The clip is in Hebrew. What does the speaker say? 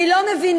אני לא מבינה,